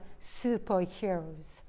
superheroes